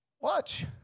Watch